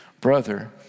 brother